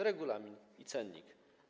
Regulamin i cennik.